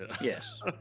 Yes